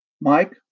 Mike